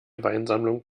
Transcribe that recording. weinsammlung